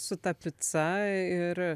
su ta pica ir